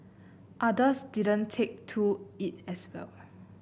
others didn't take to it as well